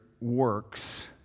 works